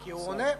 כי הוא עונה,